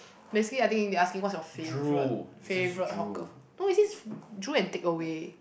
basically I think they asking what's your favourite favourite hawker no it says drool and take away